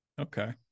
okay